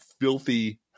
filthy